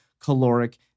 caloric